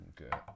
Okay